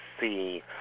see